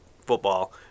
football